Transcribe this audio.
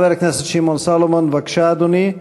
חבר הכנסת שמעון סולומון, בבקשה, אדוני.